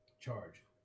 charge